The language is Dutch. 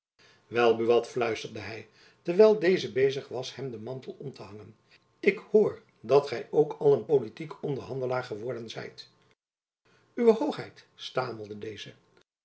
wel buat fluisterde hy terwijl deze bezig was hem den mantel om te hangen ik hoor dat gy ook al een politiek onderhandelaar geworden zijt uwe hoogheid stamelde deze